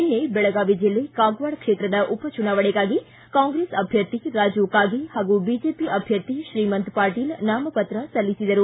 ನಿನ್ನೆ ದೆಳಗಾವಿ ಜಿಲ್ಲೆ ಕಾಗವಾಡ ಕ್ಷೇತ್ರದ ಉಪಚುನಾವಣೆಗಾಗಿ ಕಾಂಗ್ರೆಸ್ ಅಭ್ಯರ್ಥಿ ರಾಜು ಕಾಗೆ ಹಾಗೂ ಬಿಜೆಪಿ ಅಭ್ಯರ್ಥಿ ತ್ರೀಮಂತ ಪಾಟೀಲ್ ನಾಮಪತ್ರ ಸಲ್ಲಿಸಿದರು